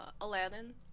Aladdin